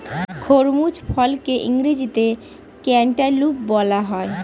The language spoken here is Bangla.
খরমুজ ফলকে ইংরেজিতে ক্যান্টালুপ বলা হয়